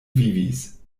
vivis